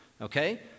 okay